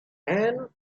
and